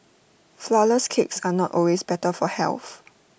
Flourless Cakes are not always better for health